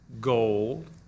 gold